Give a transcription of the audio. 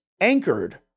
anchored